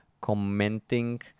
commenting